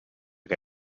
que